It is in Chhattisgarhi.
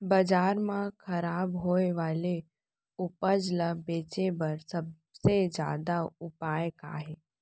बाजार मा खराब होय वाले उपज ला बेचे बर सबसे अच्छा उपाय का हे?